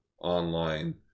online